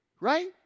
right